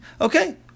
Okay